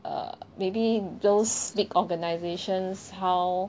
uh maybe those big organisations how